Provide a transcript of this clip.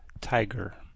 Tiger